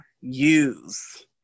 use